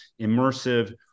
immersive